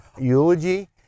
eulogy